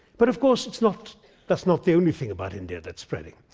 but, of course that's not that's not the only thing about india that's spreading.